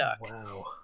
Wow